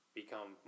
become